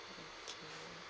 okay